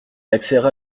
accéléra